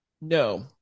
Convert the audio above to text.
No